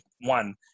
One